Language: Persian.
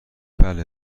بله